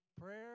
prayer